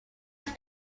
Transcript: his